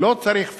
לא צריך פְלוּס,